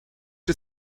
się